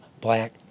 black